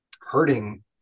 hurting